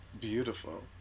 beautiful